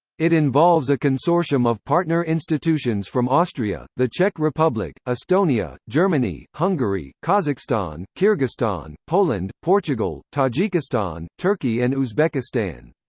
it involves a consortium of partner institutions from austria, the czech republic, estonia, germany, hungary, kazakhstan, kyrgyzstan, poland, portugal, tajikistan, turkey and uzbekistan.